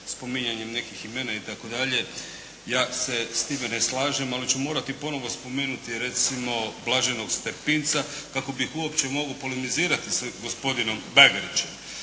spominjanjem nekih imena itd. ja se s time ne slažem ali ću morati ponovo spomenuti recimo blaženog Stepinca kako bih uopće mogao polemizirati sa gospodinom Bagarićem.